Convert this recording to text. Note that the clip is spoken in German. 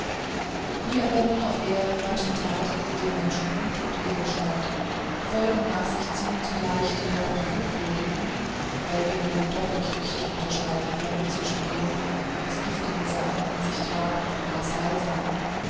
wie aber nun auf erden manche tat die dem menschen gut und edel scheint folgen nach sich zieht gleich der einer fluchwürdigen weil wir wohl doch nicht richtig unterscheiden können zwischen dem was giftigen samen in sich tragt und was heilsamen